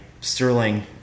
Sterling